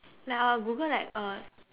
like I would Google like uh